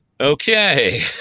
Okay